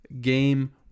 game